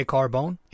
Carbone